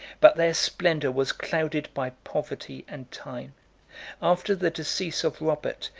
but their splendor was clouded by poverty and time after the decease of robert,